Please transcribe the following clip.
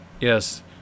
Yes